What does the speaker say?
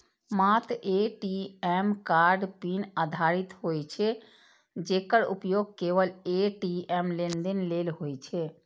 मात्र ATM card PIN आधारित होइ छै, जेकर उपयोग केवल ए.टी.एम लेनदेन लेल होइ छै